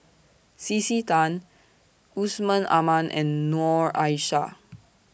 C C Tan Yusman Aman and Noor Aishah